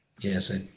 yes